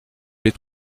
les